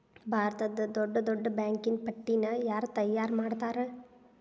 ಭಾರತದ್ದ್ ದೊಡ್ಡ್ ದೊಡ್ಡ್ ಬ್ಯಾಂಕಿನ್ ಪಟ್ಟಿನ ಯಾರ್ ತಯಾರ್ಮಾಡ್ತಾರ?